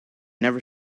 never